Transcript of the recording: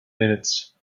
minutes